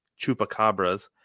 Chupacabras